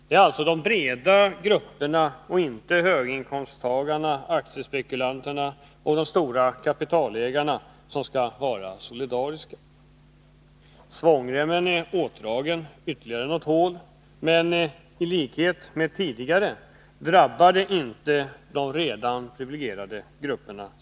Det är alltså de breda grupperna och inte höginkomsttagarna, aktiespekulanterna och de stora kapitalägarna som skall vara solidariska. Svångremmen är åtdragen ytterligare något hål, men liksom tidigare drabbar detta inte de redan privilegierade grupperna.